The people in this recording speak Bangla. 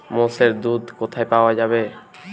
মোষের দুধ কোথায় পাওয়া যাবে?